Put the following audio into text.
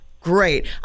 Great